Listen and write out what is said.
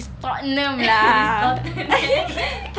tottenham lah